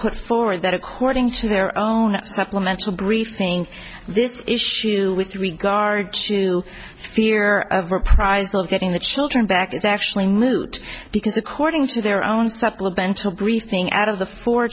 put forward that according to their own supplemental briefing this issue with regard to fear of reprisal getting the children back is actually moot because according to their own supplemental briefing out of the four